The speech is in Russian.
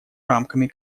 рамками